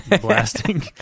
Blasting